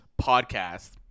podcast